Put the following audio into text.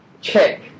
check